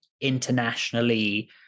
internationally